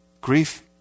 Grief